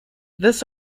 this